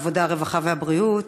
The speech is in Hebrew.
העבודה, הרווחה והבריאות.